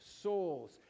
souls